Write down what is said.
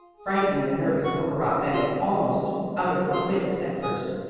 frightening the nervous, overwrought betty almost out of her wits at first,